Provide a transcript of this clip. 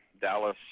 Dallas